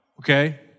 okay